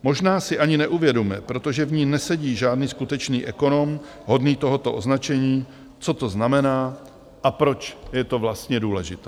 Možná si ani neuvědomuje, protože v ní nesedí žádný skutečný ekonom hodný tohoto označení, co to znamená a proč je to vlastně důležité.